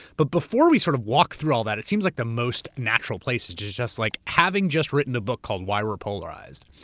but before we sort of walk through all that, it seems like the most natural place is just. like having just written a book called why we're polarized,